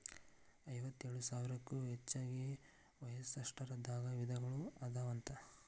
ಐವತ್ತೇಳು ಸಾವಿರಕ್ಕೂ ಹೆಚಗಿ ಒಯಸ್ಟರ್ ದಾಗ ವಿಧಗಳು ಅದಾವಂತ